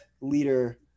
leader